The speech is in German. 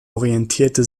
orientierte